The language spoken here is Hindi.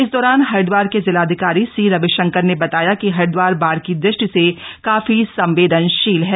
इस दौरान हरिदवार के जिलाधिकारी सी रविशंकर ने बताया कि हरिदवार बाढ़ की दृष्टि से काफी संवेदनशील ह